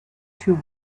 two